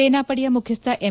ಸೇನಾ ಪಡೆಯ ಮುಖ್ಯಸ್ದ ಎಂ